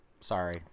Sorry